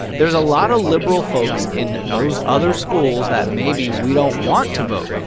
there's a lot of liberal folks in those other schools that maybe we don't want to vote.